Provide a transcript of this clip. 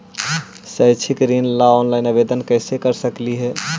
शैक्षिक ऋण ला ऑनलाइन आवेदन कैसे कर सकली हे?